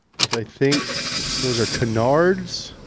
with, i think those are canards.